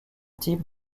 type